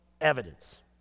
evidence